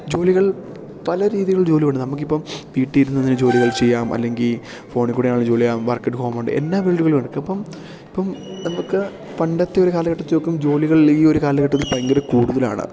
ജോലികൾ പല രീതികൾ ജോലി ഉണ്ട് നമ്മൾക്കിപ്പം വീട്ടിൽ ഇരുന്നുതന്നെ ജോലികൾ ചെയ്യാം അല്ലെങ്കിൽ ഫോണിൽക്കൂടി ആണെങ്കിൽ ജോലിചെയ്യാം വർക്ക് അറ്റ് ഹോമുണ്ട് എല്ലാ ഫീൽഡുകളും എടുക്കാം അപ്പം ഇപ്പം നമുക്ക് പണ്ടത്തെ ഒരു കാലഘട്ടത്തിലേക്കും ജോലികൾ ഈ ഒരു കാലഘട്ടത്തിൽ ഭയങ്കര കൂടുതലാണ്